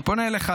אני פונה אליך,